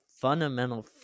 fundamental